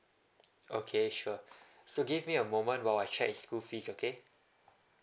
okay sure so give me a moment while I check his school fees okay